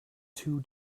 two